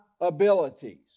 abilities